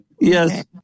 Yes